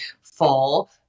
fall